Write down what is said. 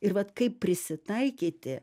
ir vat kaip prisitaikyti